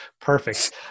Perfect